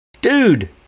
Dude